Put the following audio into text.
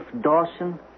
Dawson